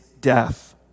death